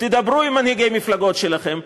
תדברו עם מנהיגי המפלגות שלכם,